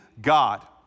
God